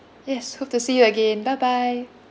yes hope to see you again bye bye